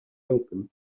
open